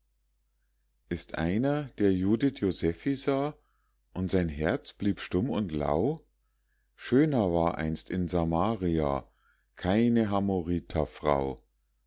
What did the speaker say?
ist einer der judith josephi sah und sein herz blieb stumm und lau schöner war einst in samaria keine